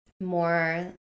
more